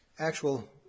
Actual